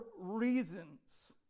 reasons